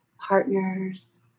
Partners